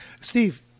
Steve